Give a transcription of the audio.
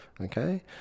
okay